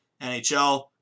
NHL